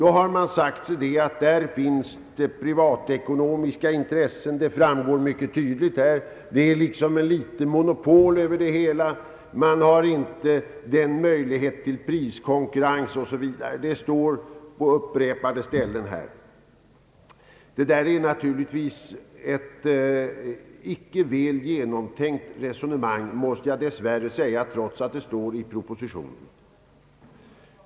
Då har man sagt att där finns pri vatekonomiska intressen, det är något av elit monopol över det hela, man har inte möjlighet till priskonkurrens, OSV. Detta påstås på upprepade ställen i propositionen. Jag måste dess värre säga att detta naturligtvis inte är ett väl genomtänkt resonemang, trots att det står i propositionen.